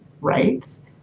rights